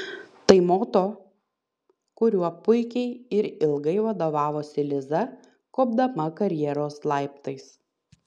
tai moto kuriuo puikiai ir ilgai vadovavosi liza kopdama karjeros laiptais